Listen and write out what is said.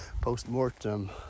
post-mortem